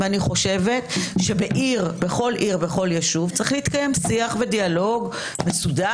ואני חושבת שבכל עיר ובכל יישוב צריך להתקיים שיח ודיאלוג מסודר